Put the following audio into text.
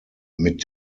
mit